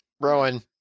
Rowan